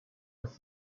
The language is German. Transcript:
dass